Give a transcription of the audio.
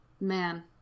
Man